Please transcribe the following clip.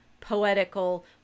poetical